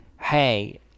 hey